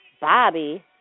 Bobby